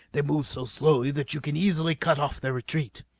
they move so slowly that you can easily cut off their retreat.